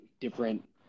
different